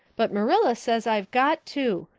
but marilla says i've got to.